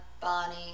Bonnie